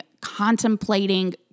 contemplating